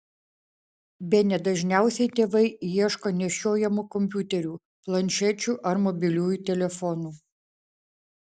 bene dažniausiai tėvai ieško nešiojamų kompiuterių planšečių ar mobiliųjų telefonų